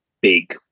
big